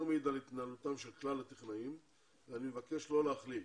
מעיד על התנהלותם של כלל הטכנאים ואני מבקש לא להכליל.